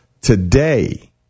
Today